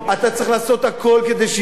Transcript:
אתה צריך לעשות הכול כדי שאירן,